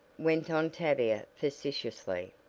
went on tavia facetiously.